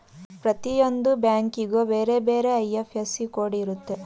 ಪ್ರತಿಯೊಂದು ಬ್ಯಾಂಕಿಗೂ ಬೇರೆ ಬೇರೆ ಐ.ಎಫ್.ಎಸ್.ಸಿ ಕೋಡ್ ಇರುತ್ತೆ